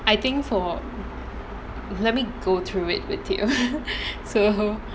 I think for let me go through it with you so